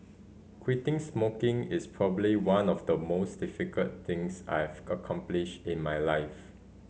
quitting smoking is probably one of the most difficult things I've accomplished in my life